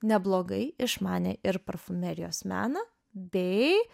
neblogai išmanė ir parfumerijos meną bei